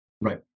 right